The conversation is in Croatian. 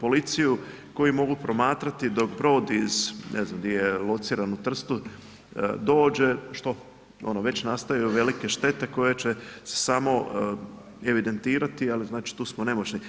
policiju koji mogu promatrati dok brod iz ne znam gdje je lociran u Trstu, dođe, što, ono već nastaju velike štete koje će se samo evidentirati, ali tu smo nemoćni.